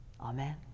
Amen